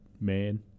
man